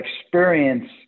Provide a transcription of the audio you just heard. experience